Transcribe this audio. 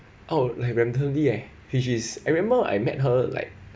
oh like randomly eh which is I remember I met her like